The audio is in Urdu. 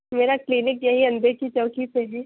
میرا کلینک یہیں اندھے کی چوکی پہ ہے